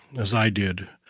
as i did,